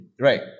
right